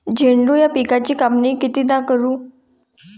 झेंडू या पिकाची कापनी कितीदा करू?